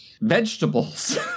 Vegetables